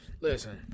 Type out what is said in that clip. Listen